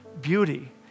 beauty